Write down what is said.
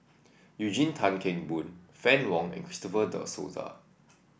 Eugene Tan Kheng Boon Fann Wong and Christopher De Souza